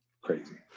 crazy